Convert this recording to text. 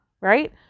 right